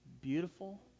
beautiful